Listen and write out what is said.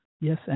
yes